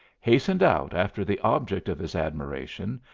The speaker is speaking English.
hastened out after the object of his admiration,